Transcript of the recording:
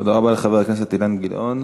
תודה רבה לחבר הכנסת אילן גילאון.